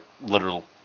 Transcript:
literal